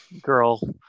girl